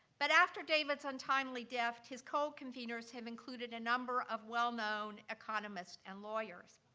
but after david's untimely death, his co-conveners have included a number of well-known economists and lawyers.